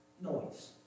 noise